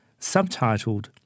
subtitled